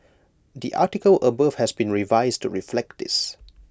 the article above has been revised to reflect this